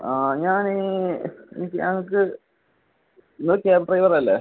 ആ ഞാൻ എൻ ഞങ്ങൾക്ക് നിങ്ങൾ ക്യാബ് ഡ്രൈവർ അല്ലേ